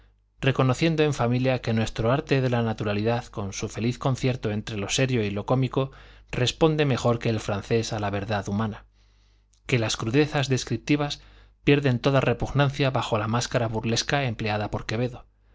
reconociendo en familia que nuestro arte de la naturalidad con su feliz concierto entre lo serio y lo cómico responde mejor que el francés a la verdad humana que las crudezas descriptivas pierden toda repugnancia bajo la máscara burlesca empleada por quevedo